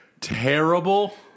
terrible